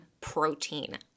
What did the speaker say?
protein